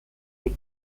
week